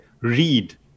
read